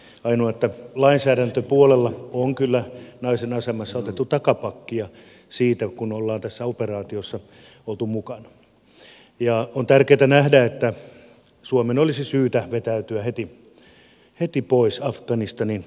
ainoa että lainsäädäntöpuolella on kyllä naisen asemassa otettu takapakkia sinä aikana kun ollaan tässä operaatiossa oltu mukana ja on tärkeätä nähdä että suomen olisi syytä vetäytyä heti pois afganistanin operaatiosta